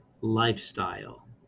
lifestyle